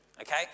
okay